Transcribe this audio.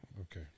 okay